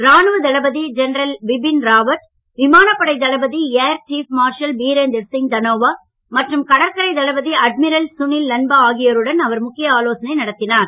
ராணுவ தளபதி ஜெனரல் பிபின் ராவர்ட் விமானப்படைத் தளபதி air chief marshal Birender Singh Dhanoa மற்றும் கடற்படைத் தளபதி அட்மிரல் சுனில் லன்பா ஆகியோருடன் அவர் முக்கிய ஆலோசனை நடத்தினார்